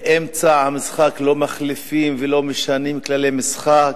באמצע משחק לא מחליפים ולא משנים כללי משחק,